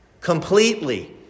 completely